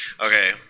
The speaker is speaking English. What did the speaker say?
Okay